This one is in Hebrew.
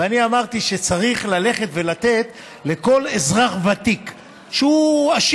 ואני אמרתי שכל אזרח ותיק עשיר,